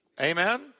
Amen